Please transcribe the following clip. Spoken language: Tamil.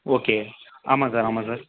ஓகே ஆமாம் சார் ஆமாம் சார்